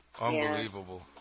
Unbelievable